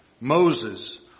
Moses